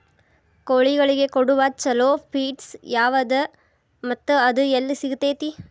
ಕೋಳಿಗಳಿಗೆ ಕೊಡುವ ಛಲೋ ಪಿಡ್ಸ್ ಯಾವದ ಮತ್ತ ಅದ ಎಲ್ಲಿ ಸಿಗತೇತಿ?